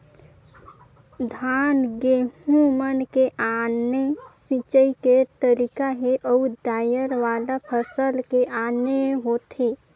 धान, गहूँ मन के आने मिंसई के तरीका हे अउ दायर वाला फसल के आने होथे